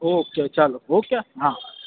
okay ચાલો okay હા